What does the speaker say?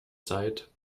zeit